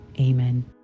Amen